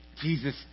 Jesus